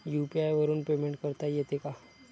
UPI वरून payment करता येते का?